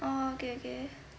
oh okay okay